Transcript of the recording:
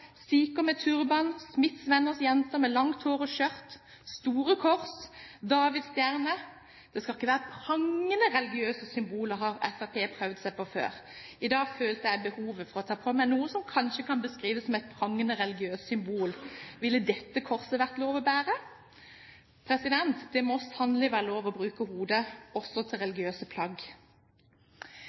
jenter med langt hår og skjørt, store kors og davidsstjerne? Det skal ikke være prangende religiøse symboler, har Fremskrittspartiet prøvd seg på før. I dag følte jeg behovet for å ta på meg noe som kanskje kan beskrives som et prangende religiøst symbol. Ville dette korset vært lov å bære? Det må sannelig være lov å bruke hodet – også til religiøse plagg.